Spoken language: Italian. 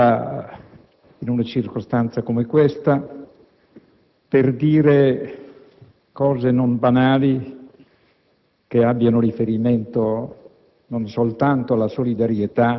È difficile prendere la parola in una circostanza come questa per dire cose non banali